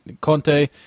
Conte